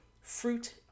fruit